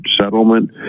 settlement